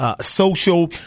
Social